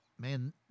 Man